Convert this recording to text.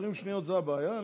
20 שניות זה הבעיה?